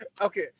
Okay